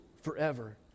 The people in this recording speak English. forever